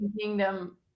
Kingdom